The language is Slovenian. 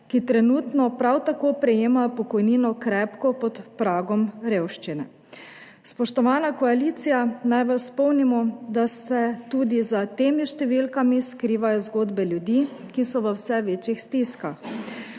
ki trenutno prav tako prejemajo pokojnino krepko pod pragom revščine. Spoštovana koalicija, naj vas spomnimo, da se tudi za temi številkami skrivajo zgodbe ljudi, ki so v vse večjih stiskah.